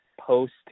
post